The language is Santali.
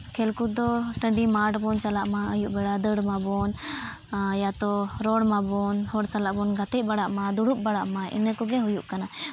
ᱠᱷᱮᱞ ᱠᱚᱫ ᱫᱚ ᱴᱟᱺᱰᱤ ᱢᱟᱴᱷ ᱵᱚᱱ ᱪᱟᱞᱟᱜᱢᱟ ᱟᱹᱭᱩᱵ ᱵᱮᱲᱟ ᱫᱟᱹᱲᱢᱟᱵᱚᱱ ᱤᱭᱟᱛᱚ ᱨᱚᱲᱢᱟᱵᱚᱱ ᱦᱚᱲ ᱥᱟᱞᱟᱜ ᱵᱚᱱ ᱜᱟᱛᱮᱜ ᱵᱟᱲᱟᱜᱼᱢᱟ ᱫᱩᱲᱩᱵ ᱵᱟᱲᱟᱜᱼᱢᱟ ᱤᱱᱟᱹᱠᱚᱜᱮ ᱦᱩᱭᱩᱜ ᱠᱟᱱᱟ